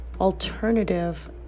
alternative